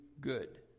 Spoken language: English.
good